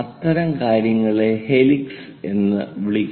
അത്തരം കാര്യങ്ങളെ ഹെലിക്സ് എന്ന് വിളിക്കുന്നു